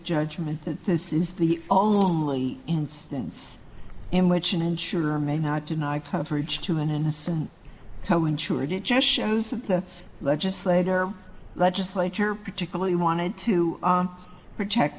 judgment that this is the only instance in which an insurer may not deny coverage to an innocent how ensured it just shows that the legislator legislature particularly wanted to protect